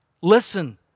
Listen